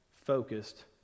focused